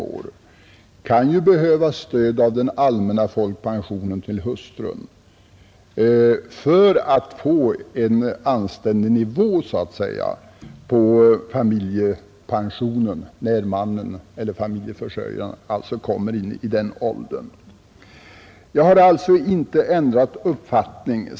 De kan ju behöva stöd av den allmänna folkpensionen till hustrun för att få en anständig nivå på familjepensionen, när familjeförsörjaren kommer in i denna ålder. Jag har alltså inte ändrat uppfattning.